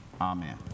amen